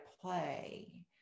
play